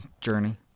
journey